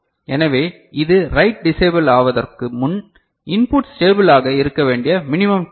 எனவே இது write disable ஆவதற்கு முன் இன்புட் ஸ்டேபிள் ஆக இருக்க வேண்டிய மினிமம் டைம்